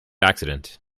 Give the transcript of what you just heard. accident